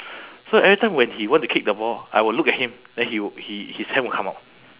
so every time when he want to kick the ball I will look at him then he will he his hand will come out